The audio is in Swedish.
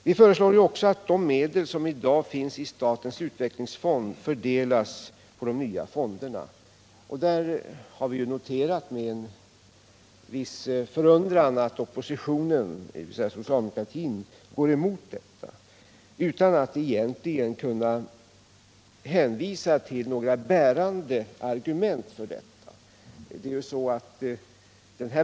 Vi föreslår också att de medel som i dag finns i statens utvecklingsfond fördelas på de nya fonderna. Vi har med viss förundran noterat att oppositionen, dvs. socialdemokratin, går emot detta förslag utan att egentligen kunna hänvisa till några bärande argument för detta.